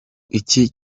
iki